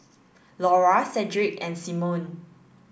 Laura Sedrick and Simone